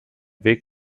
weg